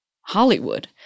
Hollywood